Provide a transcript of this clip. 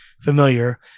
familiar